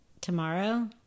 tomorrow